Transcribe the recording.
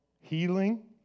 healing